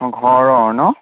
অঁ ঘৰৰ ন